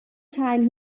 time